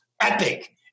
Epic